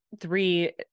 three